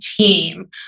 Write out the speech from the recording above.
team